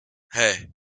hey